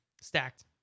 Stacked